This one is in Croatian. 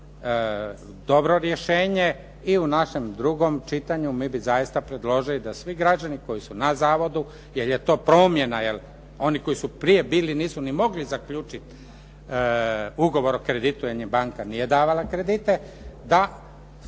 dobro rješenje i u našem drugom čitanju mi bi zaista predložili da svi građani koji su na zavodu, jer je to promjena, jer oni koji su prije bili, nisu ni mogli zaključiti ugovor o kreditu jer im banka nije davala kredite, da